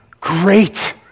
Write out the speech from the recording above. great